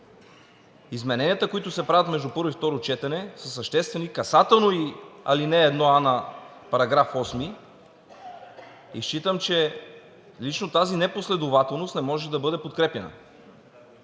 Измененията, които се правят между първо и второ четене, са съществени, касателно и ал. 1а на § 8, и считам, че тази непоследователност не може да бъде подкрепяна.